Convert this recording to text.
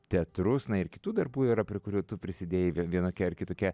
teatrus na ir kitų darbų yra prie kurių tu prisidėjai vie vienokia ar kitokia